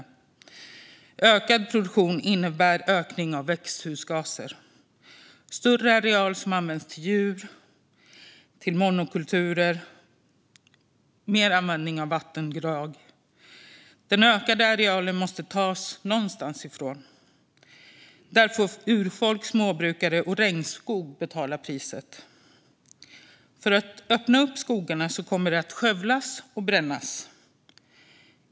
En ökad produktion innebär att det blir en ökning av växthusgaser, att en större areal används till djur och till monokulturer och att det blir mer användning av vattendrag. Den ökade arealen måste tas någonstans ifrån. Urfolk, småbrukare och regnskog får betala priset. För att öppna upp skogarna kommer man att skövla och bränna.